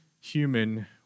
human